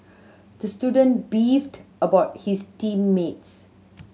the student beefed about his team mates